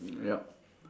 mm yup